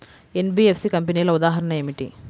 NBFC కంపెనీల ఉదాహరణ ఏమిటి?